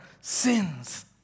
sins